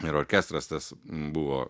ir orkestras tas buvo